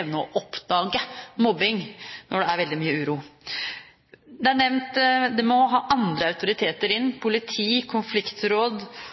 evne å oppdage mobbing når det er veldig mye uro. Det er nevnt det med å få andre autoriteter inn,